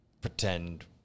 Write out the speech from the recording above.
pretend